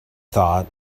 thought